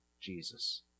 Jesus